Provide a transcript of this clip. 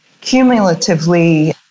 cumulatively